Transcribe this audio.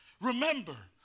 remember